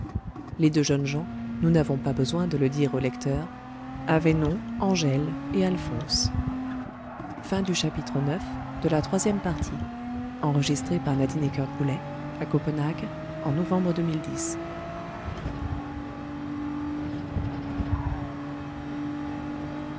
les deux jeunes gens nous n'avons pas besoin de le dire au lecteur avaient nom angèle et alphonse